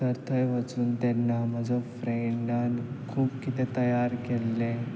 तर थंय वचून तेन्ना म्हजो फ्रेंडान खूब किदें तयार केल्लें